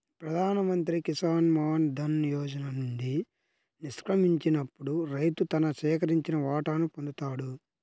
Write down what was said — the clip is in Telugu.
ప్రధాన్ మంత్రి కిసాన్ మాన్ ధన్ యోజన నుండి నిష్క్రమించినప్పుడు రైతు తన సేకరించిన వాటాను పొందుతాడు